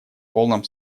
полном